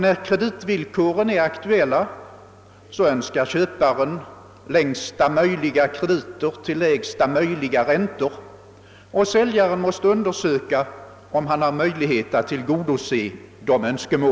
När kreditvillkoren är aktuella önskar köparen naturligtvis längsta möjliga kredittid och lägsta möjliga ränta. Säljaren måste då undersöka hur långt det finns möjlighet att tillgodose dessa önskemål.